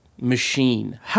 machine